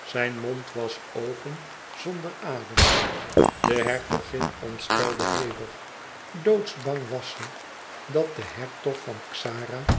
zijn mond was open zonder adem de hertogin ontstelde hevig doodsbang was ze dat den hertog van xara